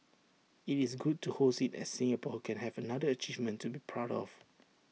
IT is good to host IT as Singapore can have another achievement to be proud of